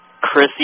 Chrissy